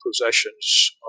possessions